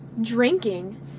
Drinking